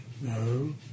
No